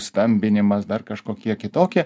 stambinimas dar kažkokie kitokie